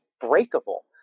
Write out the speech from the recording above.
breakable